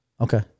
Okay